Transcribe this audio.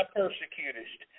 persecutest